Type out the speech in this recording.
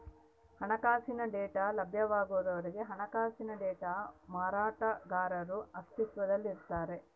ಹಣಕಾಸಿನ ಡೇಟಾ ಲಭ್ಯವಾಗುವವರೆಗೆ ಹಣಕಾಸಿನ ಡೇಟಾ ಮಾರಾಟಗಾರರು ಅಸ್ತಿತ್ವದಲ್ಲಿರ್ತಾರ